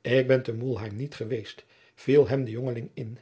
ik ben te mulheim niet geweest viel hem de jongeling in